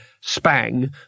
spang